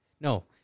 No